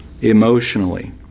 emotionally